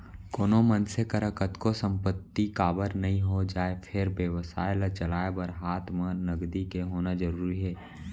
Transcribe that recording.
कोनो मनसे करा कतको संपत्ति काबर नइ हो जाय फेर बेवसाय ल चलाय बर हात म नगदी के होना जरुरी हे